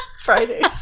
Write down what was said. Friday's